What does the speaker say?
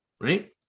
right